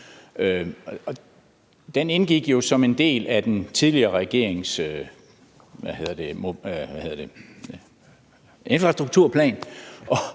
Den indgik jo som en del af den tidligere regerings infrastrukturplan,